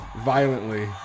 violently